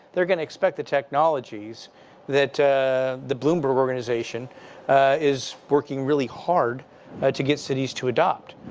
they're going to expect the technologies that the bloomberg organization is working really hard to get cities to adopt.